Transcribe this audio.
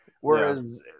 whereas